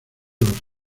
los